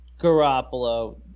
Garoppolo